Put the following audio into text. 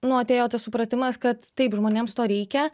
nu atėjo tas supratimas kad taip žmonėms to reikia